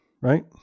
right